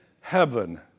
heaven